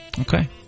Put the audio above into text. Okay